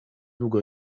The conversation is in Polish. długo